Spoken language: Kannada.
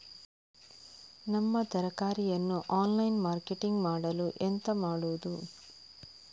ನಮ್ಮ ತರಕಾರಿಯನ್ನು ಆನ್ಲೈನ್ ಮಾರ್ಕೆಟಿಂಗ್ ಮಾಡಲು ಎಂತ ಮಾಡುದು?